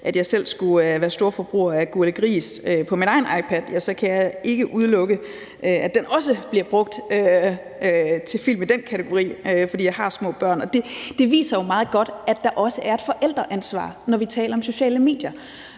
at jeg selv skulle være storforbruger af »Gurli Gris« på min egen iPad, vil jeg sige, at jeg ikke kan udelukke, at den også bliver brugt til at se film i den kategori, fordi jeg har små børn. Og det viser meget godt, at der også er et forældreansvar, når vi taler om sociale medier.